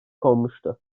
konmuştu